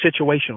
situational